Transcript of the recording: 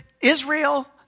Israel